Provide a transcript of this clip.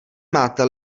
máte